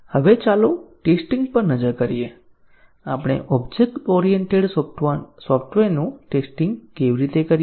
હવે ચાલો ટેસ્ટીંગ પર નજર કરીએ આપણે ઓબ્જેક્ટ ઓરિએન્ટેડ સોફ્ટવેરનું ટેસ્ટીંગ કેવી રીતે કરીએ